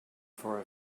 for